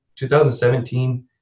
2017